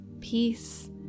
peace